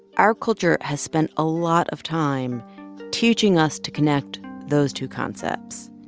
our culture has spent a lot of time teaching us to connect those two concepts.